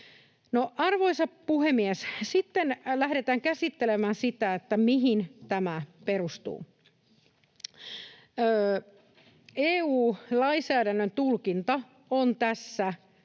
Arvoisa puhemies! Sitten lähdetään käsittelemään sitä, mihin tämä perustuu. EU-lainsäädännön tulkinta on tässä